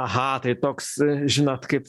aha tai toks žinot kaip